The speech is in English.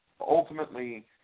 ultimately